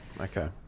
Okay